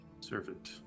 Servant